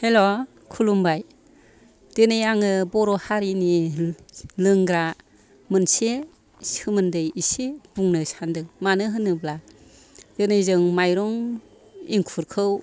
हेल' खुलुमबाय दिनै आं बर' हारिनि लोंग्रा मोनसे सोमोन्दै एसे बुंनो सानदों मानो होनोब्ला दोनै जों माइरं एंखुरखौ